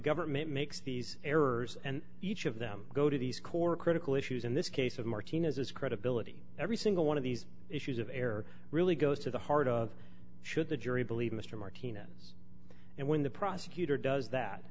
government makes these errors and each of them go to these court critical issues in this case of martinez's credibility every single one of these issues of error really goes to the heart of should the jury believe mr martinez and when the